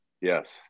Yes